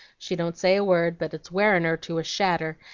she don't say a word, but it's wearin' her to a shadder,